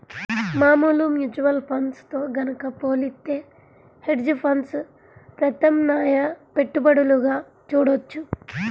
మామూలు mutual funds తో గనక పోలిత్తే హెడ్జ్ ఫండ్స్ ప్రత్యామ్నాయ పెట్టుబడులుగా చూడొచ్చు